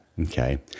Okay